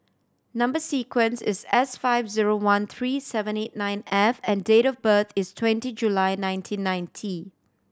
number sequence is S five zero one three seven eight nine F and date of birth is twenty July nineteen ninety